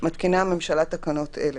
"מתקינה הממשלה תקנות אלה: